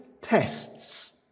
tests